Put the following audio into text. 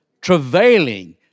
travailing